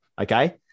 Okay